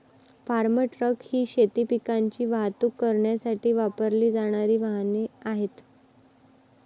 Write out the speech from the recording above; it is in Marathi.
फार्म ट्रक ही शेती पिकांची वाहतूक करण्यासाठी वापरली जाणारी वाहने आहेत